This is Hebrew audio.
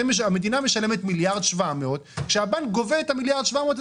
המדינה משלמת 1.7 מיליארד כשהבנק גובה את ה-1.7 מיליארד